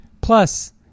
plus